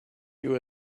you